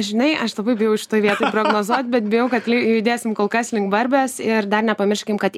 žinai aš labai bijau šitoj vietoj prognozuot bet bijau kad li judėsim kol kas link barbės ir dar nepamirškim kad